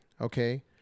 Okay